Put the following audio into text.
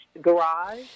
garage